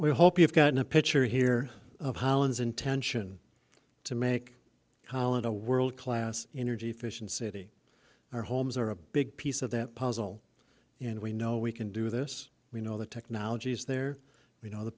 we hope you have gotten a picture here of holland's intention to make holland a world class energy efficient city our homes are a big piece of that puzzle and we know we can do this we know the technology is there you know the